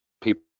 people